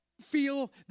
feel